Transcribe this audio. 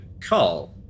call